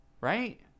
right